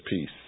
peace